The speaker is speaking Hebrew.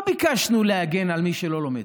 לא ביקשנו להגן על מי שלא לומד.